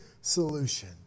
solution